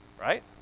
right